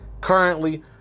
currently